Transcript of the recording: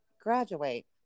graduate